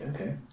okay